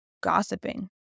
gossiping